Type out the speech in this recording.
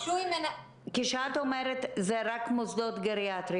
כשאת אומרת שאלו רק מוסדות גריאטריים,